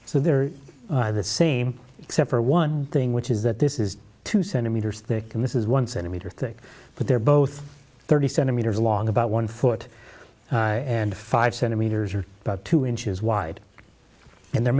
so they're the same except for one thing which is that this is two centimeters thick in this is one centimeter thick but they're both thirty centimeters long about one foot and five centimeters or about two inches wide and they're